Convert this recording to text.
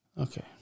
Okay